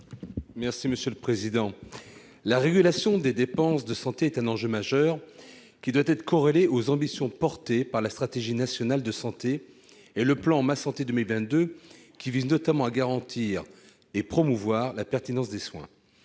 M. Philippe Mouiller. La régulation des dépenses de santé est un enjeu majeur, qui doit être corrélé aux ambitions sous-tendant la stratégie nationale de santé et le plan Ma santé 2022, qui visent notamment à garantir et à promouvoir la pertinence des soins.